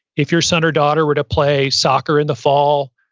if your son or daughter were to play soccer in the fall,